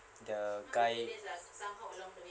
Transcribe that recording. the guy